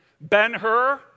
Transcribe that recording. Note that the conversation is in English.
Ben-Hur